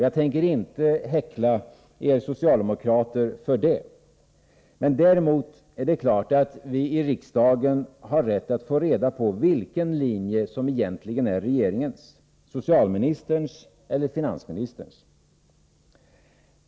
Jag tänker inte häckla er socialdemokrater för det. Däremot är det klart att vi i riksdagen har rätt att få reda på vilken linje som egentligen är regeringens, socialministerns eller finansministerns.